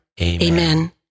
Amen